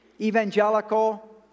evangelical